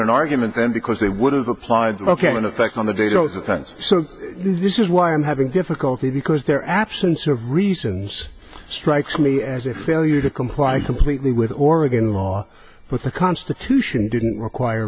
an argument then because they would have applied ok in effect on the dais over the fence so this is why i'm having difficulty because their absence of reasons strikes me as a failure to comply completely with oregon law but the constitution didn't require